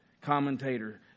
commentator